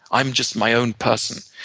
i'm just my own person,